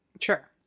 Sure